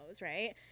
right